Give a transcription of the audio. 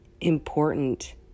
important